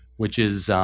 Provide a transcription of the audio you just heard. which is,